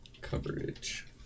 Coverage